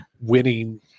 winning